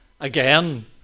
Again